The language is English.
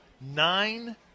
Nine